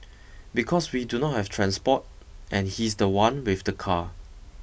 because we do not have transport and he's the one with the car